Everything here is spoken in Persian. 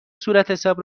صورتحساب